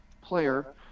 player